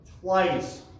twice